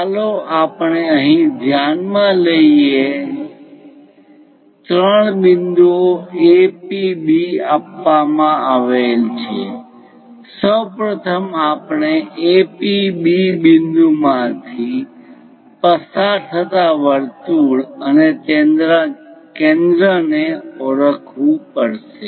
ચાલો આપણે અહીં ધ્યાનમાં લઈએ ત્રણ બિંદુ A P B આપવામાં આવેલ છે સૌ પ્રથમ આપણે A P B બિંદુ માંથી પસાર થતા વર્તુળ અને તેના કેન્દ્રને ઓળખવું પડશે